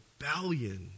rebellion